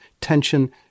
tension